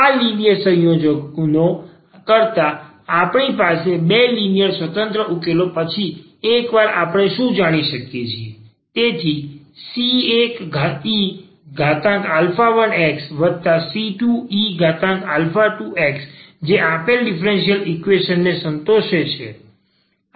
આ લિનિયર સંયોજનો કરતાં આપણી પાસે બે લિનિયર સ્વતંત્ર ઉકેલો પછી એકવાર આપણે શું જાણીએ છીએ તેથી c1e1xc2e2x જે આપેલ ડીફરન્સીયલ ઈક્વેશન ને પણ સંતોષશે